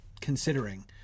considering